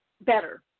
better